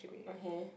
okay